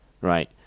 right